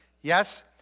Yes